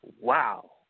wow